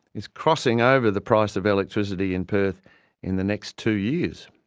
is crossing over the price of electricity in perth in the next two years.